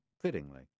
fittingly